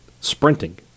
sprinting